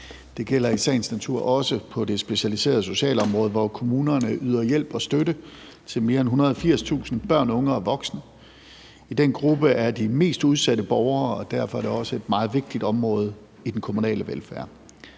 Det gælder i sagens natur også på det specialiserede socialområde, hvor kommunerne yder hjælp og støtte til mere end 180.000 børn, unge og voksne. I den gruppe er de mest udsatte borgere, og derfor er det også et meget vigtigt område i den kommunale velfærd.